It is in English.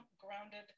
grounded